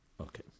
Okay